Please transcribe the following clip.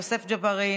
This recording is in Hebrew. יוסף ג'בארין,